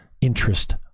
interest